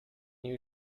you